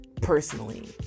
personally